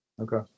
Okay